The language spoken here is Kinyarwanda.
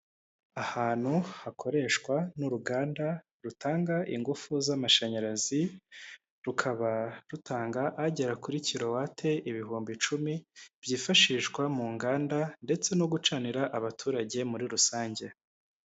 Ahantu hakoreshwa n'uruganda rutanga ingufu z'amashanyarazi rukaba rutanga agera kuri kirowate ibihumbi icumi byifashishwa mu nganda ndetse no gucanira abaturage muri rusange.